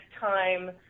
time